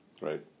Right